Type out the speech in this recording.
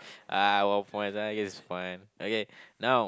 ah one point I guess it's fine okay now